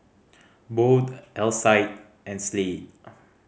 Bode Alcide and Slade